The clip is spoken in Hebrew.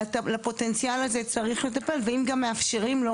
ולפוטנציאל הזה צריך לטפל ואם גם מאפשרים לו,